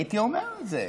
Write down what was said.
הייתי אומר את זה.